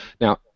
Now